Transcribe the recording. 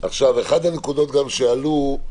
אחת הנקודות שעלו,